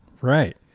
Right